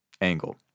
angle